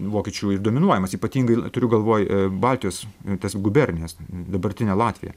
vokiečių ir dominuojamas ypatingai turiu galvoj baltijos tas gubernijas dabartinę latviją